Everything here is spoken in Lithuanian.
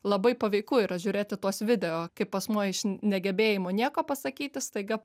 labai paveiku yra žiūrėti tuos video kaip asmuo iš negebėjimo nieko pasakyti staiga